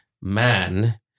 man